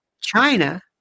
China